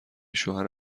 شوهر